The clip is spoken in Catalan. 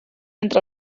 entre